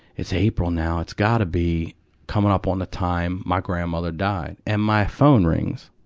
it's april now, it's gotta be coming up on the time my grandmother died. and my phone rings.